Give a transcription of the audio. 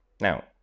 now